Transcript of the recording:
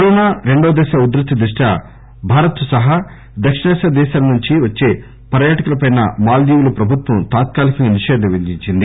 corona రెండో దశ ఉద్ధృతి దృష్ట్యా భారత్ సహా దక్షిణాసియా దేశాల నుంచి వచ్చే పర్యాటకులపై మాల్దీవులు ప్రభుత్వం తాత్కాలికంగా నిషేధం విధించింది